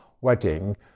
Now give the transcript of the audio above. wedding